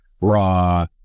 raw